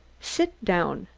sit down,